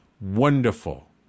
Wonderful